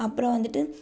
அப்புறோம் வந்துட்டு